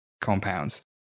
compounds